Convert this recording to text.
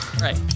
right